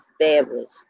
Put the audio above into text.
established